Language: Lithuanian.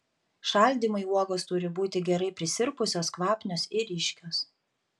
šaldymui uogos turi būti gerai prisirpusios kvapnios ir ryškios